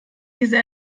diese